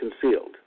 concealed